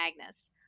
Agnes